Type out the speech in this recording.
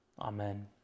Amen